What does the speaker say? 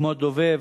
כמו דוב"ב,